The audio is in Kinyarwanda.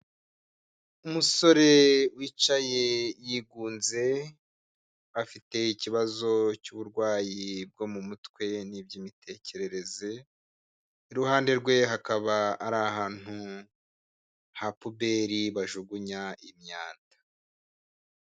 Umusore wicaye yigunze, afite ikibazo cy'uburwayi bwo mu mutwe n'iby'imitekerereze, iruhande rwe hakaba ari ahantu ha puberi bajugunya imyanda.